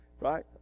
right